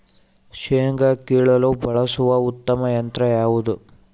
ಶೇಂಗಾ ಕೇಳಲು ಬಳಸುವ ಉತ್ತಮ ಯಂತ್ರ ಯಾವುದು?